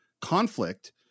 conflict